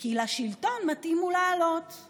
כי לשלטון מתאים הוא לעלות /